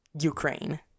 Ukraine